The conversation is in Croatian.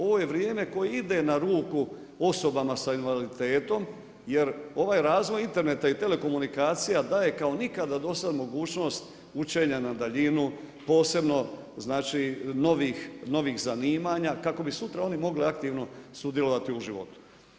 Ovo je vrijeme koje ide na ruku osobama sa invaliditetom, jer ovaj razvoj interneta i telekomunikacija daje kao nikada do sad mogućnost učenja na daljinu posebno znači novih zanimanja kako bi sutra oni mogli aktivno sudjelovati u životu.